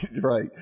right